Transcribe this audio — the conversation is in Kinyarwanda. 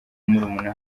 murumuna